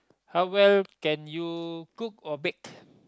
how well can you cook or bake